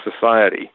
society